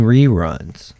Reruns